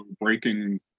breaking